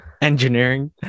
engineering